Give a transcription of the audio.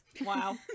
Wow